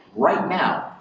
right now,